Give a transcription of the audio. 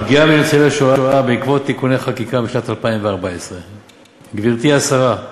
הפגיעה בניצולי השואה בעקבות תיקוני חקיקה בשנת 2014. גברתי השרה,